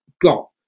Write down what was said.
got